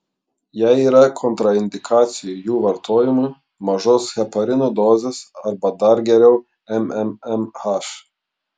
jei yra kontraindikacijų jų vartojimui mažos heparino dozės arba dar geriau mmmh